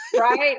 Right